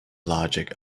logic